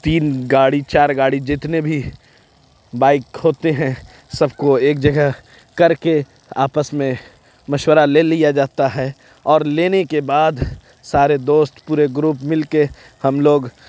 تین گاڑی چار گاڑی جتنے بھی بائک ہوتے ہیں سب کو ایک جگہ کر کے آپس میں مشورہ لے لیا جاتا ہے اور لینے کے بعد سارے دوست پورے گروپ مل کے ہم لوگ